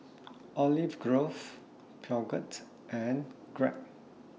Olive Grove Peugeot and Grab